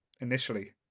initially